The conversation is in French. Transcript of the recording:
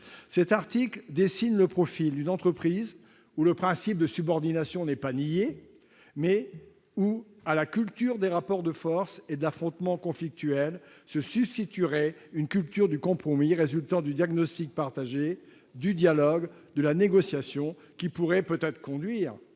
Cet article dessine le profil d'une entreprise où le principe de subordination n'est pas nié, mais où, à la culture des rapports de force et de l'affrontement conflictuel, se substituerait une culture du compromis résultant du diagnostic partagé, du dialogue, de la négociation, qui pourrait peut-être conduire,